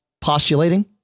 postulating